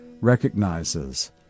recognizes